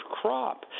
crop